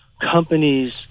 companies